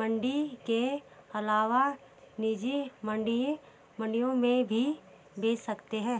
मंडी के अलावा निजी मंडियों में भी बेच सकेंगे